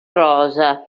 rosa